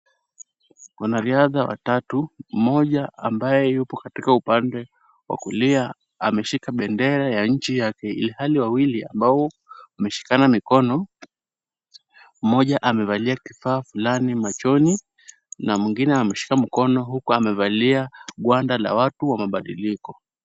Wanariadha watatu, mmoja ambaye yupo katika upande wa kulia ameshika bendera ya nchi yake ilhali wawili ambao wameshikana mikono, mmoja amevalia kifaa fulani machoni na mwingine ameshika mkono huku amevalia gwanda la watu wa mabadiliko.